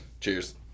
Cheers